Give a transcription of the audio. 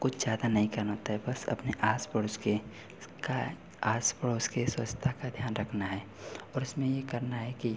कुछ ज़्यादा नहीं करना होता है बस अपने आस पड़ोस के का आस पड़ोस की स्वच्छता का ध्यान रखना है और इसमें यह करना है कि